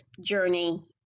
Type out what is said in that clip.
journey